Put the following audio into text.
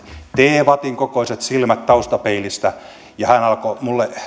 teevadin kokoiset silmät taustapeilissä ja hän alkoi minulle